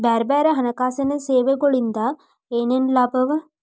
ಬ್ಯಾರೆ ಬ್ಯಾರೆ ಹಣ್ಕಾಸಿನ್ ಸೆವೆಗೊಳಿಂದಾ ಏನೇನ್ ಲಾಭವ?